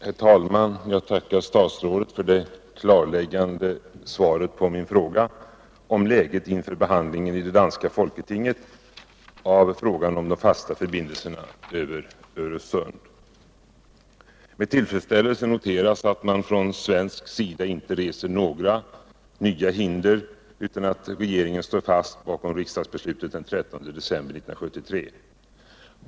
Herr talman! Jag tackar statsrådet för det klarläggande svaret på min fråga om läget inför behandlingen i det danska folketinget av förslaget om fasta förbindelser över Öresund. Med tillfredsställelse noterar jag att man från svensk sida inte reser några nya hinder, utan att regeringen står fast bakom riksdagsbeslutet av den 13 december 1973.